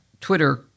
Twitter